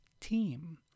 team